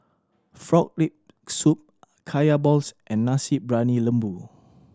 Frog Leg Soup Kaya balls and Nasi Briyani Lembu